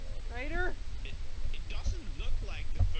greater it it doesn't look like this,